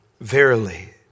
Verily